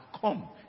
come